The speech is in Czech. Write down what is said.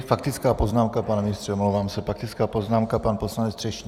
Faktická poznámka pane ministře, omlouvám se faktická poznámka pan poslanec Třešňák.